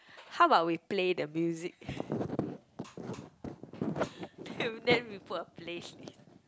how about we play the music then then we put a play